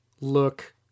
look